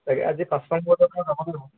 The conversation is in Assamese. তাকে আজি পাঁচটামান বজাত